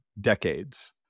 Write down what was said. decades